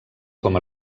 com